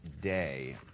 day